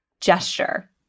gesture